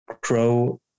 grow